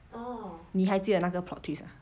你还记得那个 plot twist ah